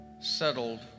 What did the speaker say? settled